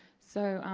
so,